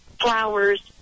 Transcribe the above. flowers